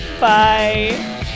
Bye